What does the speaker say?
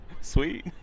Sweet